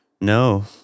No